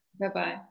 Bye-bye